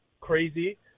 crazy